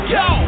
go